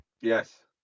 Yes